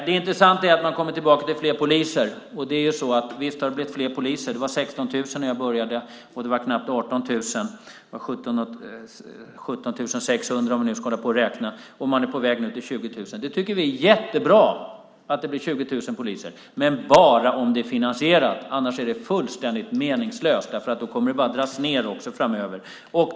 Det intressanta är att man kommer tillbaka till frågan om fler poliser. Visst har det blivit fler poliser. Det var 16 000 när jag började. Sedan var det knappt 18 000 - 17 600 om vi nu ska hålla på och räkna. Man är nu på väg mot 20 000. Vi tycker att det är jättebra att det blir 20 000 poliser, men bara om det är finansierat. Annars är det fullständigt meningslöst, för då kommer det bara att dras ned framöver.